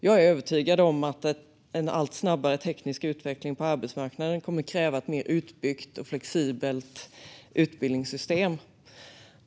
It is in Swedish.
Jag är övertygad om att en allt snabbare teknisk utveckling på arbetsmarknaden kommer att kräva ett mer utbyggt och flexibelt utbildningssystem.